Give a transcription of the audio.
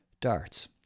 Darts